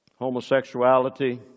homosexuality